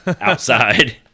outside